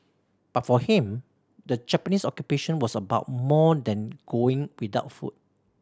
but for him the Japanese Occupation was about more than going without food